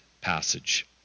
passage